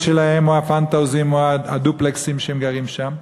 שלהם או הפנטהאוזים והדופלקסים שהם גרים בהם.